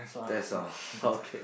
that's all okay